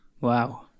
Wow